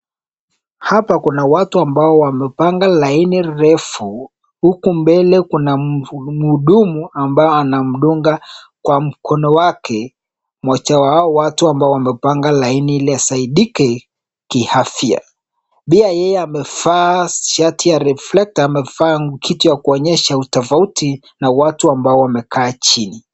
Hapa kuna watu ambao wamepanga laini refu, huku mbele kuna mhudumu ambayo anamdunga kwa mkono wake, moja wa hawa watu ambao wamepanga laini ili wasaidike kiafya, pia yeye amevaa shati ya reflector na amevaa kitu ya kuonyesha utafauti na watu ambao wamekaa chini.